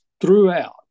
throughout